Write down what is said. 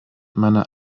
meiner